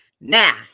Now